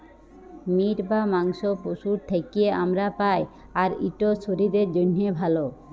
meet বা মাংস পশুর থ্যাকে আমরা পাই, আর ইট শরীরের জ্যনহে ভাল